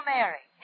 Mary